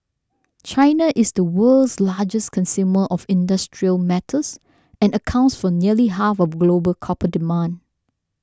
China is the world's largest consumer of industrial metals and accounts for nearly half of global copper demand